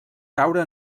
caure